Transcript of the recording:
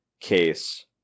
case